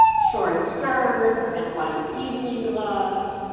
short skirts, and white evening gloves.